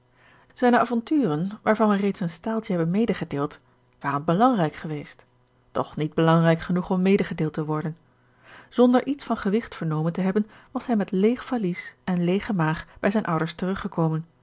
zijne avonturen waarvan wij reeds een staaltje hebben medegedeeld waren belangrijk geweest doch niet belangrijk genoeg om medegedeeld te worden zonder iets van gewigt vernomen te hebben was hij met leêg valies en leêge maag bij zijne ouders terug